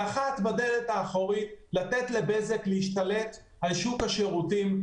ואחת בדלת האחורית לתת לבזק להשתלט על שוק השירותים,